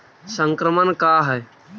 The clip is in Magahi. संक्रमण का है?